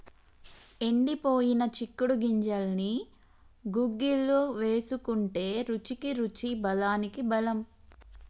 ఎండిపోయిన చిక్కుడు గింజల్ని గుగ్గిళ్లు వేసుకుంటే రుచికి రుచి బలానికి బలం